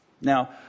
Now